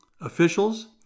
Officials